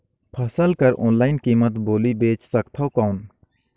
फसल कर ऑनलाइन कीमत बोली बेच सकथव कौन?